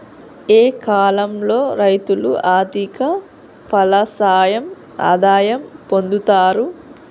ఏ కాలం లో రైతులు అధిక ఫలసాయం ఆదాయం పొందుతరు?